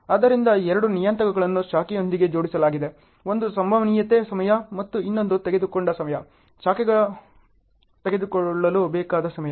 ಆದ್ದರಿಂದ ಎರಡು ನಿಯತಾಂಕಗಳನ್ನು ಶಾಖೆಯೊಂದಿಗೆ ಜೋಡಿಸಲಾಗಿದೆ ಒಂದು ಸಂಭವನೀಯತೆ ಸಮಯ ಮತ್ತು ಇನ್ನೊಂದು ತೆಗೆದುಕೊಂಡ ಸಮಯ ಶಾಖೆ ತೆಗೆದುಕೊಳ್ಳಲು ಬೇಕಾದ ಸಮಯ